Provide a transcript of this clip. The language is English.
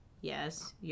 yes